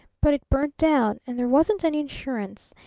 but it burnt down, and there wasn't any insurance.